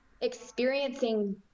experiencing